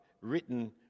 written